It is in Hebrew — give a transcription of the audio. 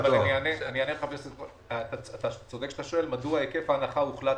אתה צודק כשאתה שואל מדוע היקף ההנחה ככזה.